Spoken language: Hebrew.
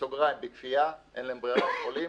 בסוגריים בכפייה, אין להם ברירה, הם חולים,